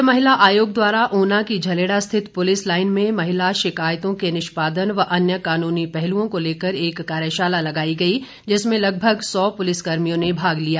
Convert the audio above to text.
राज्य महिला आयोग द्वारा उना की झलेड़ा स्थित पुलिस लाईन महिला शिकायतों के निष्मदान व अन्य कानूनी पहलुओं को लेकर एक कार्यशाला लगाई गई जिसमें लगभग सौ पुलिसकर्मियों ने भाग लिया